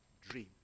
dream